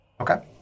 okay